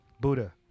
Buddha